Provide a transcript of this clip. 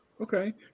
Okay